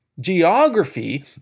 Geography